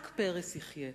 רק פרס יחיה.